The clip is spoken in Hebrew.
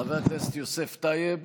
חבר הכנסת יוסף טייב,